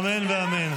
אמן ואמן.